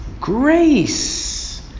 grace